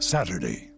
Saturday